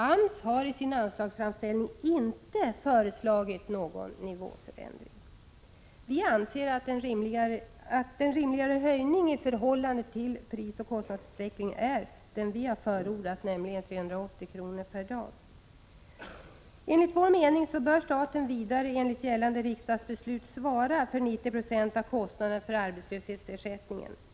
AMS har i sin anslagsframställning inte föreslagit någon nivåförändring. Vi anser att en rimligare höjning i förhållande till prisoch kostnadsutvecklingen är den vi har förordat, nämligen 380 kr. per dag. Enligt vår mening bör staten vidare enligt gällande riksdagsbeslut svara för 90 20 av kostnaderna för arbetslöshetsersättningen.